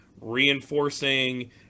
reinforcing